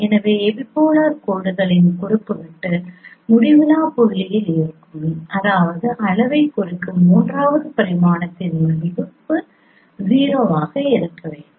எனவே எபிபோலார் கோடுகளின் குறுக்குவெட்டு முடிவிலா புள்ளியில் இருக்கும் அதாவது அளவைக் குறிக்கும் மூன்றாவது பரிமாணத்தின் மதிப்பு 0 ஆக இருக்க வேண்டும்